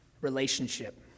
relationship